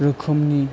रोखोमनि